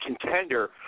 contender